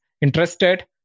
Interested